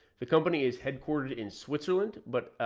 the company is headquartered in switzerland, but,